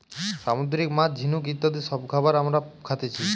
সামুদ্রিক মাছ, ঝিনুক ইত্যাদি সব খাবার হামরা খাতেছি